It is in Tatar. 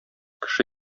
кеше